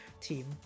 team